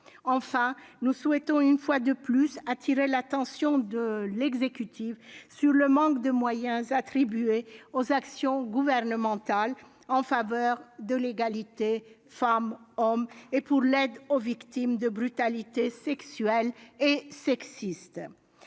Enfin, nous souhaitons une fois de plus attirer l'attention de l'exécutif sur le manque de moyens attribués aux actions gouvernementales en faveur de l'égalité entre les femmes et les hommes et pour l'aide aux victimes de brutalités sexuelles et sexistes.